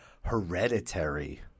Hereditary